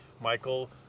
Michael